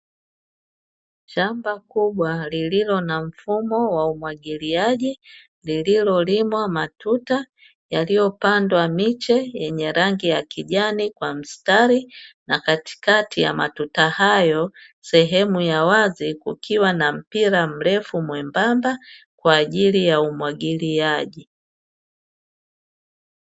Shamba kubwa lililo na mfumo wa umwagiliaji, lililolimwa matuta yaliyopandwa miche yenye rangi ya kijani kwa mstari, na katikati ya matuta hayo sehemu ya wazi, kukiwa na mpira mrefu mwembamba kwa ajili ya umwagiliaji.